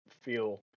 feel